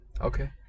Okay